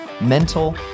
mental